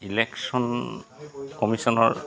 election কমিশনৰ